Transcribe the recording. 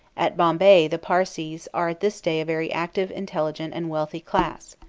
at bombay the parsees are at this day a very active, intelligent, and wealthy class.